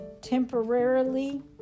temporarily